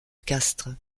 castres